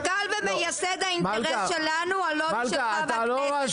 מנכ"ל ומייסד 'האינטרס שלנו - הלובי שלך בכנסת',